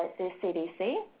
the cdc.